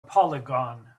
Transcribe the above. polygon